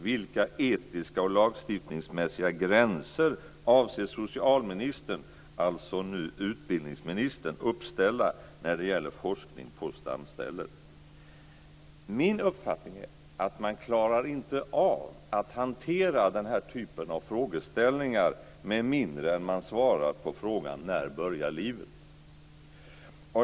Vilka etiska och lagstiftningsmässiga gränser avser socialministern - alltså nu utbildningsministern - nu uppställa när det gäller forskning på stamceller? Min uppfattning är att man inte klarar av att hantera denna typ av frågeställningar med mindre än att man svarar på frågan: När börjar livet?